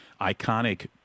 iconic